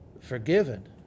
forgiven